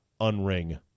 unring